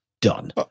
done